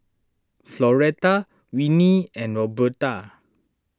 Floretta Winnie and Roberta